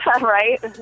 Right